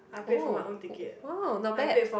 oh !wow! not bad